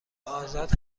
آزاد